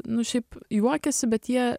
nu šiaip juokiasi bet jie